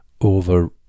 over